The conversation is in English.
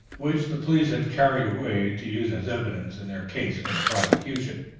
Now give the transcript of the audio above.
which the police had carried away to use as evidence in their case for the prosecution.